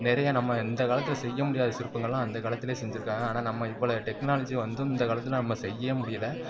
நிறையா நம்ம இந்தக்காலத்தில் செய்யமுடியாத சிற்பங்களெலாம் அந்தக்காலத்திலயே செஞ்சுருக்காங்க ஆனால் நம்ம இப்போ பல டெக்னாலஜி வந்தும் இந்தக்காலத்தில் நம்ம செய்ய முடியலை